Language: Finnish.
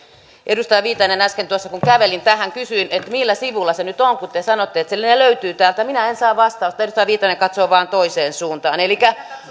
edustaja viitanen kun äsken tuossa kävelin tähän kysyin millä sivulla se nyt on kun te sanotte että se löytyy täältä minä en saa vastausta edustaja viitanen katsoo vain toiseen suuntaan elikkä